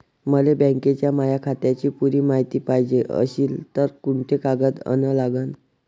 मले बँकेच्या माया खात्याची पुरी मायती पायजे अशील तर कुंते कागद अन लागन?